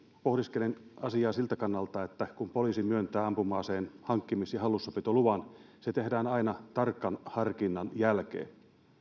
pohdiskelen asiaa siltä kannalta että kun poliisi myöntää ampuma aseen hankkimis ja hallussapitoluvan se tehdään aina tarkan harkinnan jälkeen